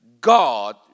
God